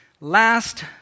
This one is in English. Last